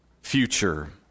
future